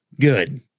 Good